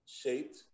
shaped